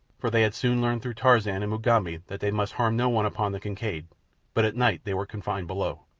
for they had soon learned through tarzan and mugambi that they must harm no one upon the kincaid but at night they were confined below.